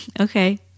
Okay